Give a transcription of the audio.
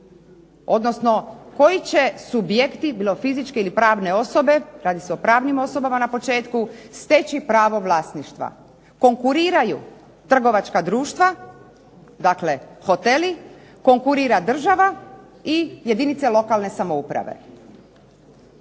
odnosno koji će subjekti, bilo fizičke ili pravne osobe, radi se o pravnim osobama na početku, steći pravo vlasništva. Konkuriraju trgovačka društva, dakle hoteli, konkurira država i jedinice lokalne samouprave.